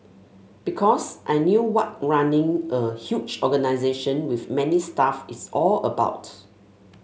because I knew what running a huge organisation with many staff is all about